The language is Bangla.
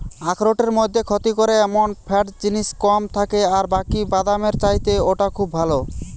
আখরোটের মধ্যে ক্ষতি করে এমন ফ্যাট জিনিস কম থাকে আর বাকি বাদামের চাইতে ওটা খুব ভালো